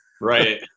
right